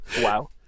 Wow